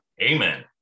Amen